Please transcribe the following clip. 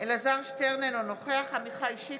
אלעזר שטרן, אינו נוכח עמיחי שיקלי,